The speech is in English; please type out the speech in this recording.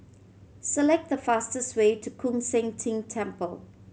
select the fastest way to Koon Seng Ting Temple